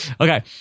okay